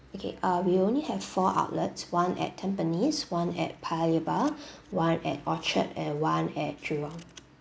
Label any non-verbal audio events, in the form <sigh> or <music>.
okay uh we only have four outlets one at tampines one at paya lebar <breath> one at orchard and one at jurong